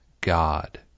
God